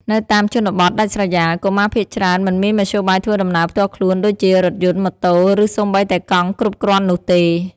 នៅតាមជនបទដាច់ស្រយាល កុមារភាគច្រើនមិនមានមធ្យោបាយធ្វើដំណើរផ្ទាល់ខ្លួនដូចជារថយន្ត ម៉ូតូ ឬសូម្បីតែកង់គ្រប់គ្រាន់នោះទេ។